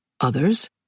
Others